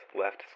left